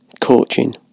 coaching